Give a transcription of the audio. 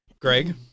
Greg